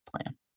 plan